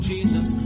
Jesus